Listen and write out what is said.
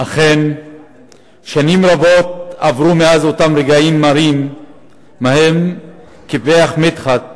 אכן שנים רבות עברו מאז אותם רגעים מרים שבהם קיפח מדחת